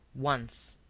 once,